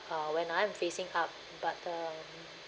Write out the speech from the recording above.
uh when I am facing up but um